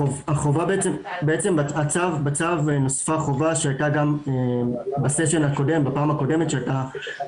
בצו נוספה חובה שהייתה גם בפעם הקודמת שהייתה